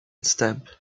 stamp